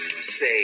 say